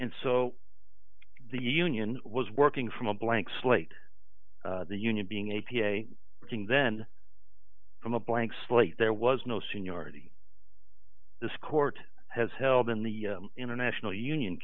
and so the union was working from a blank slate the union being a p a working then from a blank slate there was no seniority this court has held in the international union